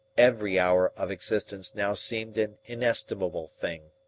every hour of existence now seemed an inestimable thing.